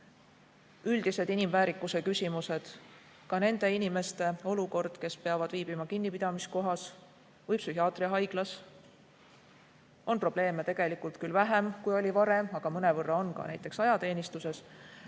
üldised inimväärikuse küsimused. Ka nende inimeste olukord, kes peavad viibima kinnipidamiskohas või psühhiaatriahaiglas – probleeme on tegelikult küll vähem, kui oli varem, aga mõnevõrra neid on. Ka näiteks ajateenistuses.